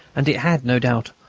and it had, no doubt,